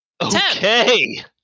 Okay